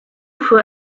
fuhr